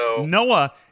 Noah